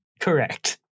Correct